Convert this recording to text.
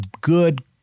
good